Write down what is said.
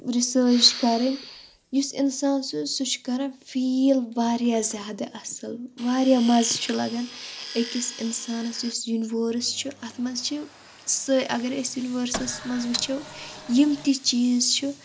research کَرٕنۍ یُس اِنسان چھُ سُہ چھُ کَرَن فیٖل واریاہ زیادٕ اصٕل واریاہ مَزٕ چھُ لَگَن أکِس اِنسانَس یُس یوٗنوٲرٕس چھُ اتھ منٛز چھِ سہ اگر أسۍ یوٗنِوٲرسَس منٛز وٕچھَو یِم تہِ چیٖز چھِ